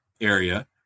area